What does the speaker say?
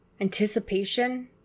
Anticipation